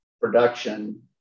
production